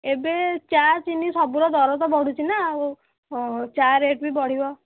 ଏବେ ଚା' ଚିନି ସବୁର ଦର ତ ବଢ଼ୁଛି ନା ଆଉ ଚା' ରେଟ୍ ବି ବଢ଼ିବ